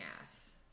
ass